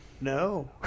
No